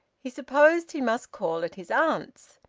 he supposed he must call at his aunt's,